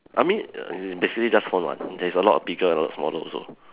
I mean it's basically just phone [what] there's a lot of bigger and a lot smaller also